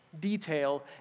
detail